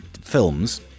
films